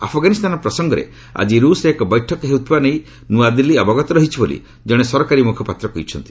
ଆଫଗାନିସ୍ତାନ ପ୍ରସଙ୍ଗରେ ଆଜି ରୁଷ୍ରେ ଏକ ବୈଠକ ହେଉଥିବା ନେଇ ନୂଆଦିଲ୍ଲୀ ଅବଗତ ରହିଛି ବୋଲି ଜଣେ ସରକାରୀ ମୁଖପାତ୍ର କହିଛନ୍ତି